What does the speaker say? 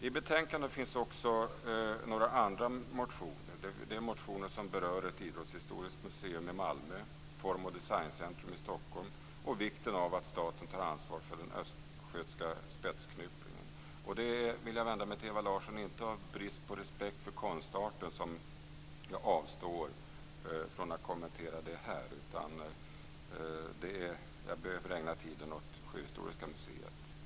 I betänkandet behandlas även motioner som berör ett idrottshistoriskt museum i Malmö, ett form och designcentrum i Stockholm samt vikten av att staten tar ansvar för den östgötska spetsknypplingen. Här vill jag säga till Ewa Larsson att det inte är av brist på respekt för konstarten som jag avstår från att här kommentera detta, utan det är därför att jag i stället behöver ägna tiden åt Sjöhistoriska museet.